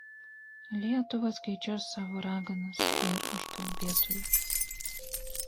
lietuva skaičiuos savo raganas ir užkalbėtojus